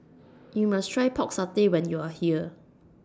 YOU must Try Pork Satay when YOU Are here